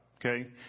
okay